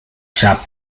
sharp